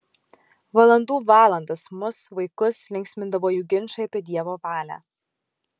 valandų valandas mus vaikus linksmindavo jų ginčai apie dievo valią